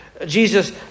Jesus